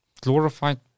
glorified